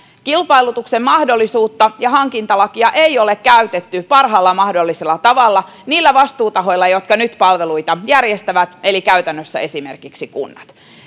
kilpailutuksen mahdollisuutta ja hankintalakia ei ole käytetty parhaalla mahdollisella tavalla niillä vastuutahoilla jotka nyt palveluita järjestävät eli käytännössä esimerkiksi kunnissa